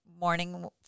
morning